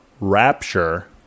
rapture